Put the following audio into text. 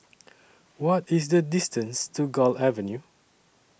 What IS The distance to Gul Avenue